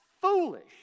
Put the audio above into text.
foolish